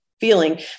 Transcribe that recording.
feeling